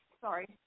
Sorry